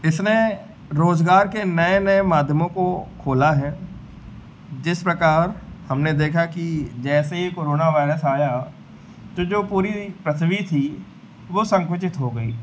इसने रोज़गार के नए नए माध्यमों को खोला है जिस प्रकार हमने देखा कि जैसे ही कोरोना वायरस आया तो जो पूरी पृथ्वी थी वह सँकुचित हो गई